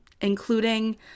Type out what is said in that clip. including